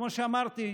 כמו שאמרתי,